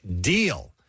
deal